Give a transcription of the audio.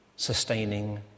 Sustaining